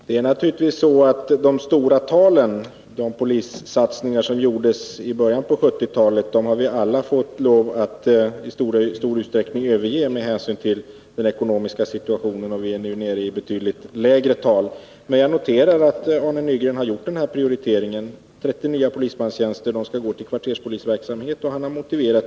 Herr talman! Det är naturligtvis så att de stora talen, vad gäller de polissatsningar som gjordes i början av 1970-talet, har vi alla fått lov att i stor utsträckning överge med hänsyn till den ekonomiska situationen. Vi är nu nere i betydligt lägre tal, men jag noterar den prioritering Arne Nygren har gjort och som han här har motiverat: 30 nya polismanstjänster, och de skall gå till kvarterspolisverksamhet.